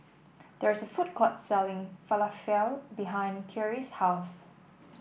there is a food court selling Falafel behind Kyrie's house